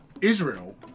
Israel